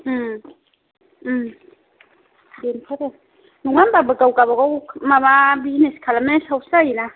नङा होम्बाबो गाव गावबागाव माबा बिजिनेस खालामनायनि सायावसो जायोना